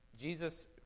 Jesus